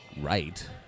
right